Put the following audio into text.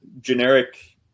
generic